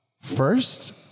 first